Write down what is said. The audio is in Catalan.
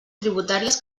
tributàries